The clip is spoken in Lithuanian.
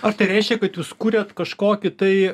ar tai reiškia kad jūs kuriat kažkokį tai